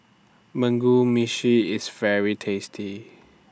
Mugi Meshi IS very tasty